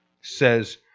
says